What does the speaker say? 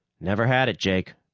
never had it, jake.